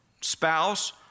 spouse